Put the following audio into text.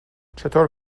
چطور